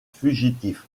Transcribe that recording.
fugitifs